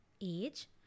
age